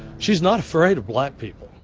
she's not afraid of black people